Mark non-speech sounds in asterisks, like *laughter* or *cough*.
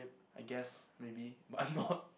I guess maybe but not *laughs*